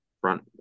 front